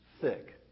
thick